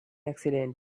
accident